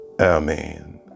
Amen